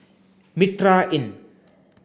Mitraa Inn